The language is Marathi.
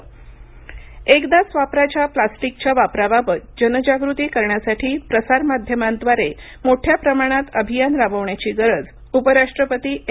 उपराष्ट्रपती आवाहन एकदाच वापराच्या प्लास्टिकच्या वापराबाबत जनजागृती करण्यासाठी प्रसारमाध्यमांद्वारे मोठ्या प्रमाणात अभियान राबवण्याची गरज उपराष्ट्रपती एम